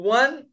one